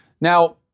Now